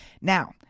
Now